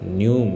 new